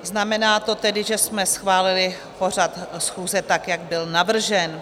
Znamená to tedy, že jsme schválili pořad schůze, tak jak byl navržen.